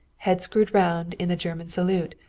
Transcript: head screwed round in the german salute,